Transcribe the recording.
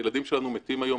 הילדים שלנו מתים היום,